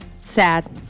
Sad